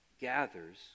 gathers